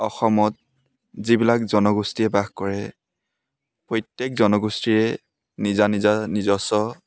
অসমত যিবিলাক জনগোষ্ঠীয়ে বাস কৰে প্ৰত্যেক জনগোষ্ঠীৰে নিজা নিজা নিজস্ব